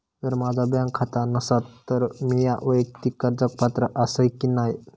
जर माझा बँक खाता नसात तर मीया वैयक्तिक कर्जाक पात्र आसय की नाय?